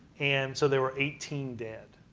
and so there were eighteen dead.